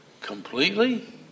completely